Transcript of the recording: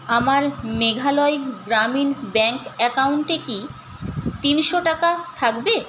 আমার মেঘালয় গ্রামীণ ব্যাঙ্ক অ্যাকাউন্টে কি তিনশো টাকা থাকবে